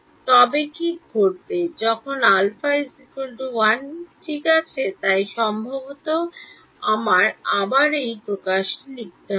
তবে কী ঘটবে যখন α 1 ঠিক আছে তাই সম্ভবত আমার আবার এই প্রকাশটি লিখতে হবে